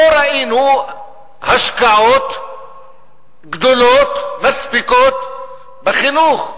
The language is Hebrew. לא ראינו השקעות גדולות, מספיקות, בחינוך,